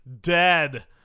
dead